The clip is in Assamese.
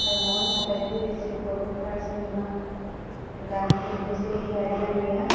আৰু মই আটাইতকৈ বেছি উপভোগ কৰা চিনেমা গানবোৰ হৈছে হিয় দিয়া নিয়া